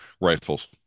rifles